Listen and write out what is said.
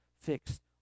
fixed